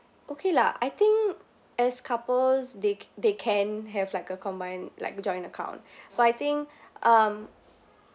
okay lah I think as couples they ca~ they can have like a combine like a joint account but I think um